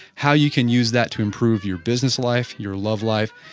how you can use that to improve your business life, your love life.